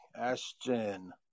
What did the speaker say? Ashton